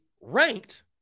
ranked